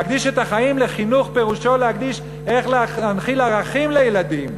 להקדיש את החיים לחינוך פירושו להקדיש איך להנחיל ערכים לילדים,